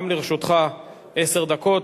גם לרשותך עשר דקות.